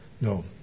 No